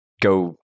go